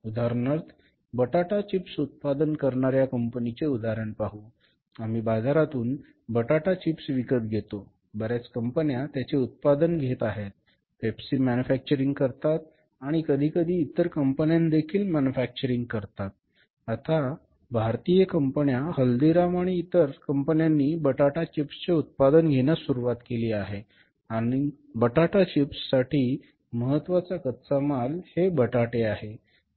उदाहरणार्थ बटाटा चिप्स उत्पादन करणाऱ्या कंपनीचे उदाहरण पाहू आम्ही बाजारातून बटाटा चीप विकत घेतो बर्याच कंपन्या त्याचे उत्पादन घेत आहेत पेप्सी मॅन्युफॅक्चरिंग करतात आणि कधीकधी इतर कंपन्यादेखील मॅन्युफॅक्चरिंग करतात आता भारतीय कंपन्या हल्दीराम आणि इतर कंपन्यांनी बटाटा चिप्सचे उत्पादन घेण्यास सुरुवात केली आहे आणि बटाटा चिप्स साठी महत्वाचा कच्चामाल हे बटाटे आहे